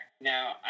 Now